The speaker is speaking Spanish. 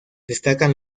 destacan